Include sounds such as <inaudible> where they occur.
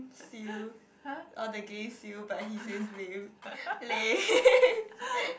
<laughs> !huh! <laughs>